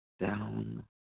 down